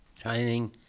training